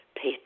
pay